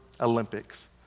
Olympics